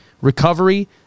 recovery